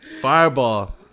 Fireball